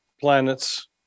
planets